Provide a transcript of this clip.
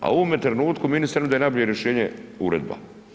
A u ovome trenutku ministar nudi da je najbolje rješenje uredba.